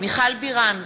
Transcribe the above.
מיכל בירן,